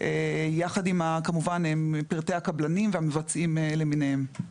כמובן יחד עם פרטי הקבלנים והמבצעים למיניהם.